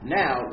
now